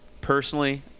personally